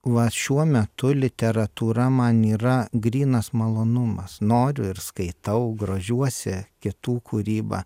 va šiuo metu literatūra man yra grynas malonumas noriu ir skaitau grožiuosi kitų kūryba